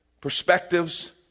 perspectives